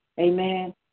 amen